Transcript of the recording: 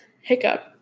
Hiccup